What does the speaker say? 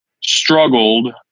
struggled